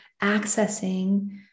accessing